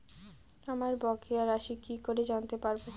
আমার বকেয়া রাশি কি করে জানতে পারবো?